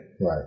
Right